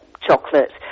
chocolate